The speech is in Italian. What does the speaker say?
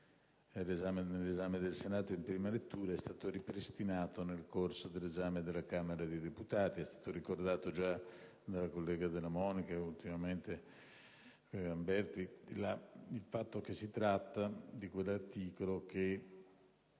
abrogato dal Senato in prima lettura, è stato ripristinato nel corso dell'esame da parte della Camera dei deputati. È stato ricordato già dalla collega Della Monica e dal collega Galperti il fatto che si tratta di quell'articolo che